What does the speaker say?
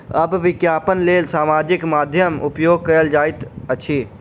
आब विज्ञापनक लेल सामाजिक माध्यमक उपयोग कयल जाइत अछि